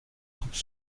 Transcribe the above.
troupes